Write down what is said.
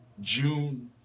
June